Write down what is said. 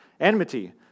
Enmity